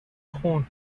خون